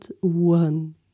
one